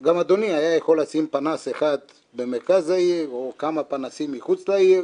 גם אדוני היה יכול לשים פנס אחד במרכז העיר או כמה פנסים מחוץ לעיר,